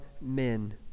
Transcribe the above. men